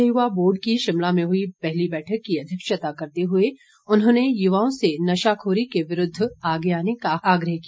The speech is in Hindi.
राज्य यूवा बोर्ड की शिमला में हई पहली बैठक की अध्यक्षता करते हुए उन्होंने यूवाओं से नशाखोरी के विरूद्व आगे आने का आग्रह किया